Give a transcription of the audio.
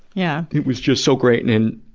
yeah. it was just so great. and, and